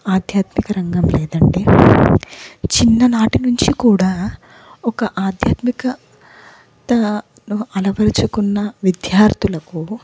ఆధ్యాత్మిక రంగం లేదండి చిన్ననాటి నుంచి కూడా ఒక ఆధ్యాత్మికతను అలవరచుకున్న విద్యార్థులకు